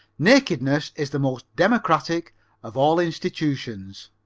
nakedness is the most democratic of all institutions.